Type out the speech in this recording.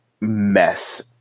mess